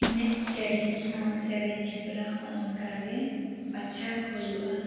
ᱮᱱᱮᱡ ᱥᱮᱨᱮᱧ ᱦᱚᱸ ᱥᱮᱨᱮᱧ ᱦᱮᱯᱨᱟᱣ ᱦᱚᱸ ᱚᱱᱠᱟᱜᱮ ᱵᱟᱪᱷᱟᱣ ᱦᱩᱭᱩᱜᱼᱟ